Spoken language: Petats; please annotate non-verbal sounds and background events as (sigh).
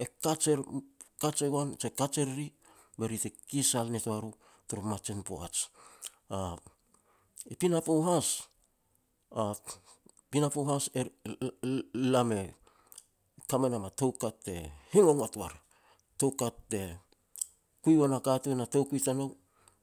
e kaj e (hesitation) ruru, e kaj e goan, e kaj e riri, be ri te kikisal nitoa ru tara mamajin a poaj. (hesitation) I pinapo has (hesitation) pinapo has e (hesitation) lam e ka me nam a toukat te hi ngotngot war toukat te kui me na katun a toukui tanou,